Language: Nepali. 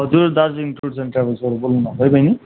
हजुर दार्जिलिङ टुर्स एन्ड ट्र्याभल्सबाट बोल्नुभएको है बहिनी